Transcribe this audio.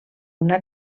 una